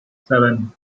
seven